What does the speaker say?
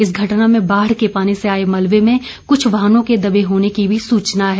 इस घटना में बाढ़ के पानी से आए मलबे में कुछ वाहनों के दबे होने की भी सूचना है